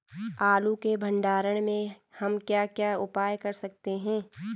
आलू के भंडारण में हम क्या क्या उपाय कर सकते हैं?